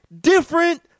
different